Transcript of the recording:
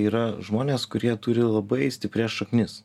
yra žmonės kurie turi labai stiprias šaknis